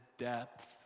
depth